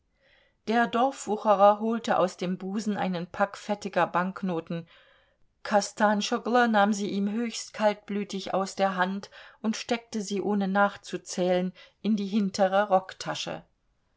der dorfwucherer holte aus dem busen einen pack fettiger banknoten kostanschoglo nahm sie ihm höchst kaltblütig aus der hand und steckte sie ohne nachzuzählen in die hintere